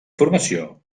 formació